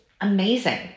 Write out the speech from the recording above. amazing